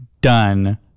done